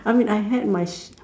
I mean I had my sh~